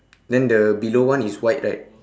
then the below one is white right